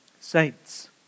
Saints